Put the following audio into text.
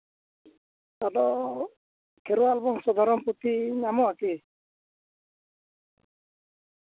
ᱟᱫᱚ ᱠᱷᱮᱨᱣᱟᱞ ᱵᱚᱝᱥᱚ ᱫᱷᱚᱨᱚᱢ ᱯᱩᱛᱷᱤ ᱧᱟᱢᱚᱜᱼᱟ ᱠᱤ